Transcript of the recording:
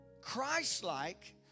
Christ-like